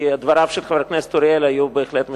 כי דבריו של חבר הכנסת אריאל היו בהחלט משכנעים.